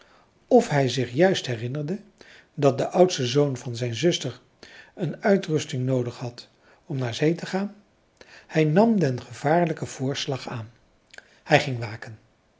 of hij zich juist herinnerde dat de oudste zoon van zijn zuster een uitrusting noodig had om naar zee te gaan hij nam den gevaarlijken voorslag aan hij ging waken